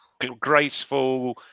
graceful